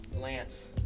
Lance